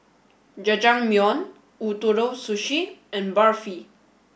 Jajangmyeon Ootoro Sushi and Barfi